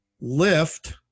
lift